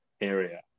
area